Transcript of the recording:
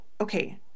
okay